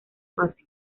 fase